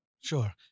Sure